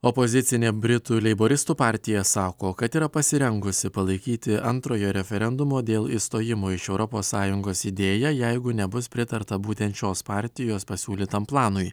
opozicinė britų leiboristų partija sako kad yra pasirengusi palaikyti antrojo referendumo dėl įstojimo iš europos sąjungos idėją jeigu nebus pritarta būtent šios partijos pasiūlytam planui